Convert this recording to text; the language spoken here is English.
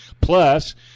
Plus